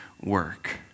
work